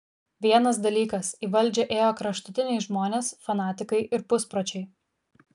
vienas dalykas į valdžią ėjo kraštutiniai žmonės fanatikai ir puspročiai